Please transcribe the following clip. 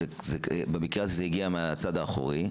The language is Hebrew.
במקרה הזה זה הגיע מהצד האחורי,